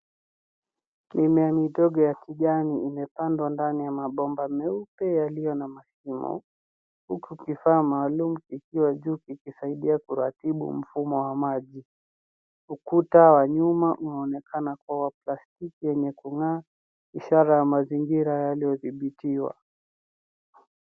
Mimea midogo ya kijani imepandwa ndani ya mabomba meupe yaliyo na mashimo huku kifaa maalum ikiwa juu ikisaidia kuratibu mfumo wa maji. Ukuta wa nyuma unaonekana kuwa wa plastiki yenye kung'aa ishara ya mazingira yaliyodhibitiwa.